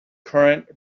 current